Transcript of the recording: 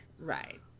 Right